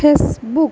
Facebook